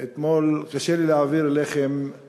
קשה לי להעביר לכם את